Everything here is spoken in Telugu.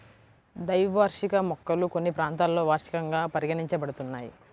ద్వైవార్షిక మొక్కలు కొన్ని ప్రాంతాలలో వార్షికంగా పరిగణించబడుతున్నాయి